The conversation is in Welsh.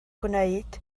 gwneud